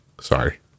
Sorry